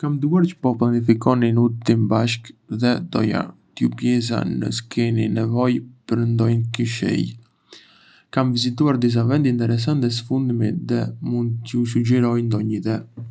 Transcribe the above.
Kam dëgjuar çë po planifikoni një udhëtim bashkë dhe doja t'ju pyesja nëse keni nevojë për ndonjë këshillë. Kam vizituar disa vende interesante së fundmi dhe mund t'ju sugjeroj ndonjë ide!